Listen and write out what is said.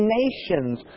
nations